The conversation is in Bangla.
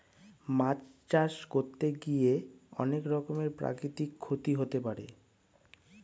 মাছ চাষ করতে গিয়ে অনেক রকমের প্রাকৃতিক ক্ষতি হতে পারে